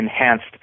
enhanced